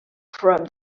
from